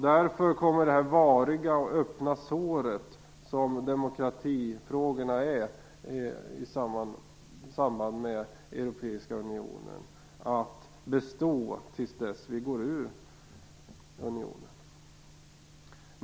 Därför kommer det variga och öppna sår som demokratifrågorna är i samband med den europeiska unionen att bestå till dess att Sverige går ur unionen.